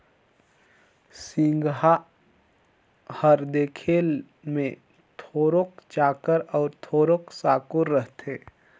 सिगहा हर देखे मे थोरोक चाकर अउ थोरोक साकुर रहथे